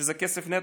שזה כסף נטו,